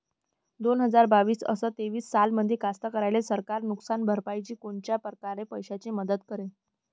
दोन हजार बावीस अस तेवीस सालामंदी कास्तकाराइले सरकार नुकसान भरपाईची कोनच्या परकारे पैशाची मदत करेन?